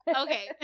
Okay